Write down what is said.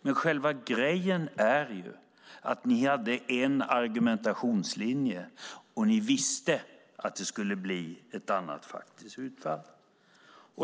Men själva grejen är att ni hade en viss argumentationslinje och visste att det skulle bli ett annat faktiskt utfall.